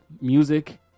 music